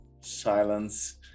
silence